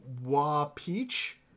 Wa-Peach